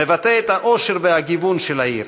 מבטא את העושר והגיוון של העיר,